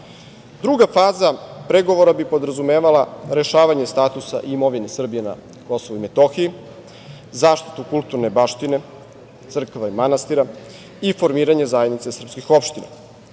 faza pregovora bi podrazumevala rešavanje statusa imovine Srbije na Kosovu i Metohiji, zaštitu kulturne baštine crkava i manastira i formiranje zajednice srpskih opština.